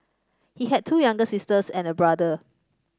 he had two younger sisters and a brother